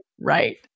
Right